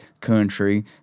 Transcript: country